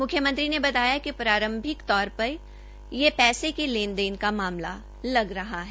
मुख्यमंत्री ने बताया कि प्रारंभिक तौर पर यह पैसे के लेन देन का मामला लग रहा है